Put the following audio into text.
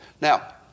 Now